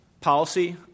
policy